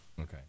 Okay